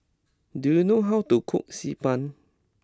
do you know how to cook Xi Ban